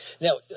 Now